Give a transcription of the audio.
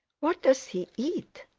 what does he eat?